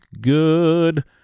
good